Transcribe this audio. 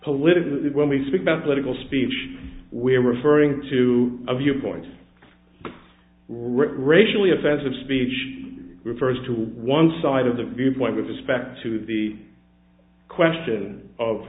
politically when we speak about political speech we're referring to a viewpoint racially offensive speech refers to one side of the viewpoint with respect to the question of